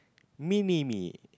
mini me